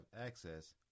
access